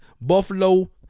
Buffalo